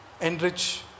enrich